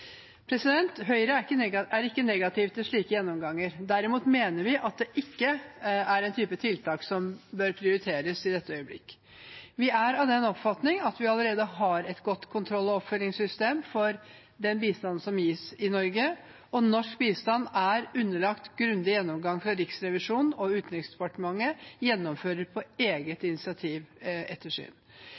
Høyre er ikke negativ til slike gjennomganger. Derimot mener vi at det ikke er en type tiltak som bør prioriteres i dette øyeblikk. Vi er av den oppfatning at vi allerede har et godt kontroll- og oppfølgingssystem for den bistanden som gis i Norge. Norsk bistand er underlagt grundig gjennomgang fra Riksrevisjonen, og Utenriksdepartementet gjennomfører på eget initiativ ettersyn.